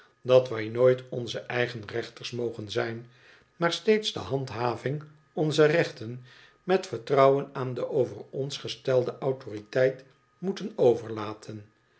dat wij nooit onzo eigen rechters mogen zijn maar steeds de handhaving onzer rechten met vertrouwen aan de over ons gestolde autoriteit moeten overlaten